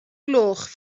gloch